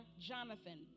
Jonathan